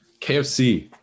KFC